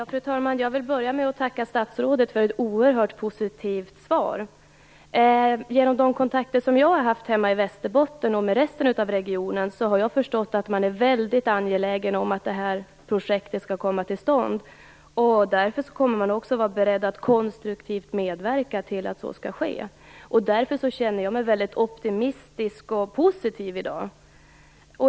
Fru talman! Jag vill börja med att tacka statsrådet för ett oerhört positivt svar. Genom de kontakter som jag har haft hemma i Västerbotten och med resten av regionen har jag förstått att man är väldigt angelägen om att det här projektet skall komma till stånd. Alltså kommer man också att vara beredd att konstruktivt medverka till att så sker. Därför känner jag mig väldigt optimistisk och positiv i dag.